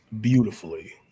beautifully